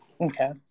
okay